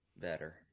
better